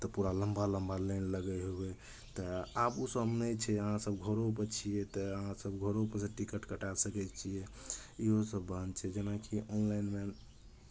तऽ पूरा लम्बा लम्बा लाइन लगै होबै तऽ आब ओसभ नहि छै अहाँसभ घरोपर छियै तऽ अहाँसभ घरोपर सँ टिकट कटाए सकै छियै ओसभ काम छै जेनाकि ऑनलाइनमे